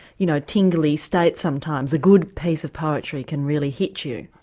you know tingly state sometimes, a good piece of poetry can really hit you.